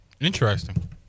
interesting